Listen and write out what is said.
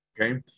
Okay